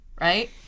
right